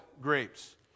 grapes